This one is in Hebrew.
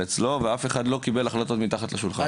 אצל אף אחד לא כל השכל ואף אחד לא קיבל החלטות מתחת לשולחן.